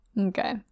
Okay